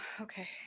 Okay